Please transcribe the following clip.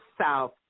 South